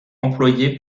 employé